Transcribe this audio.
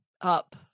up